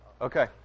Okay